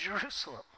Jerusalem